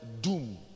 doom